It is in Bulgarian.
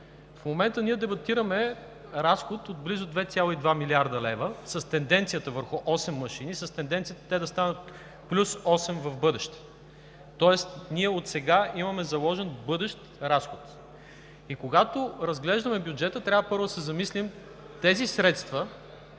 В момента ние дебатираме разход от близо 2,2 млрд. лв. с тенденцията върху осем машини, с тенденцията те да станат плюс осем в бъдеще, тоест ние отсега имаме заложен бъдещ разход. Когато разглеждаме бюджета, трябва първо да се замислим дали тези средства,